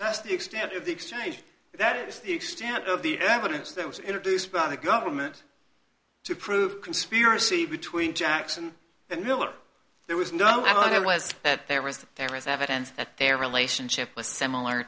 that's the extent of the exchange that is the extent of the evidence that was introduced by the government to prove conspiracy between jackson and miller there was no idea was that there was there was evidence that their relationship was similar